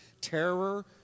terror